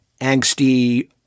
angsty